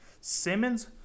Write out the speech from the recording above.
Simmons